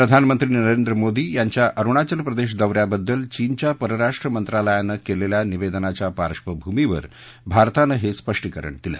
प्रधानमंत्री नरेंद्र मोदी यांच्या अरुणाचल प्रदेश दौऱ्याबद्दल चीनच्या परराष्ट्र मंत्रालयानं केलेल्या निवेदनाच्या पार्श्वभूमीवर भारतानं हे स्पष्टीकरण दिलं